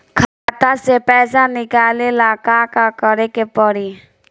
खाता से पैसा निकाले ला का का करे के पड़ी?